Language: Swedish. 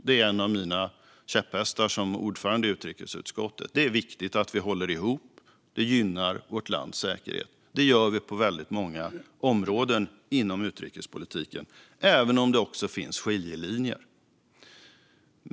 Det är en av mina käpphästar som ordförande i utrikesutskottet. Det är viktigt att vi håller ihop. Det gynnar vårt lands säkerhet. Det gör vi på väldigt många områden inom utrikespolitiken, även om det också finns skiljelinjer.